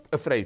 afraid